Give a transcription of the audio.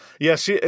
Yes